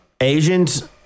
Asians